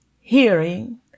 hearing